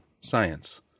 science